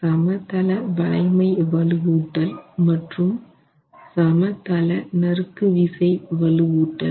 சமதள வளைமை வலுவூட்டல் மற்றும் சமதள நறுக்குவிசை வலுவூட்டல்